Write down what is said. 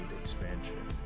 expansion